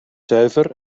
zuiver